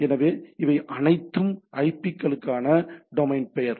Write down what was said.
எனவே இவை அனைத்தும் ஐபிக்கான டொமைன் பெயர்